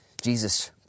Jesus